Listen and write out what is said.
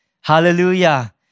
Hallelujah